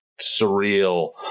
surreal